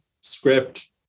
script